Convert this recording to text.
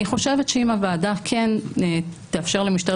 אני חושבת שאם הוועדה כן תאפשר למשטרת